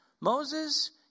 Moses